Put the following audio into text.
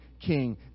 king